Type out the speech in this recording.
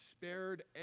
spared